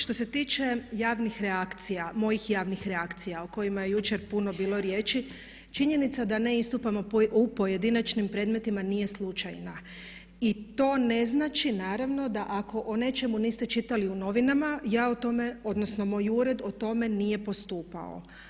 Što se tiče javnih reakcija, mojih javnih reakcija o kojima je jučer puno bilo riječi, činjenica da ne istupamo u pojedinačnim predmetima nije slučajna i to ne znači naravno da ako o nečemu niste čitali u novinama ja o tome, odnosno moj ured o tome nije postupao.